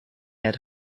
had